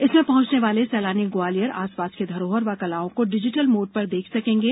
इसमें पहुंचने वाले सैलानी ग्वालियर और आसपास की धरोहर व कलाओं को डिजिटल मोड पर देख सकेंगे